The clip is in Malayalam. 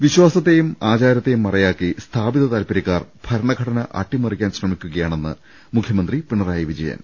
വിശ്വാസത്തെയും ആചാരത്തെയും മറയാക്കി സ്ഥാപിത താൽപ ര്യക്കാർ ഭരണഘടന അട്ടിമറിക്കാൻ ശ്രമിക്കുകയാണെന്ന് മുഖ്യ മന്ത്രി പിണറായി വിജയൻ